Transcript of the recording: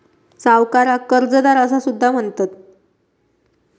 सावकाराक कर्जदार असा सुद्धा म्हणतत